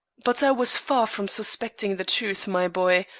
but i was far from suspecting the truth, my boy,